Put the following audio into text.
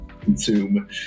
consume